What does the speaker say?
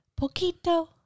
poquito